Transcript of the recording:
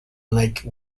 lake